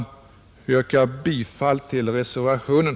Jag yrkar bifall till reservationen.